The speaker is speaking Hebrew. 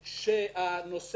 שהנושא של